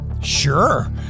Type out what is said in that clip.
Sure